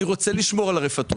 אני רוצה לשמור על הרפתות.